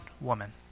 woman